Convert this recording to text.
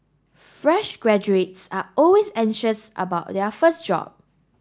fresh graduates are always anxious about their first job